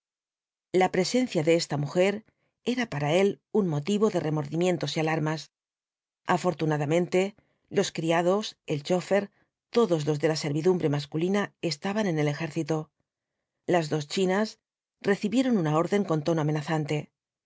la presencia de esta mujer era para él un motivo de remordimientos y alarmas afortunadamente los criados el chófer todos los de la servidumbre masculina estaban en el ejército las dos chinas recibieron una orden con tono amenazante